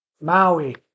Maui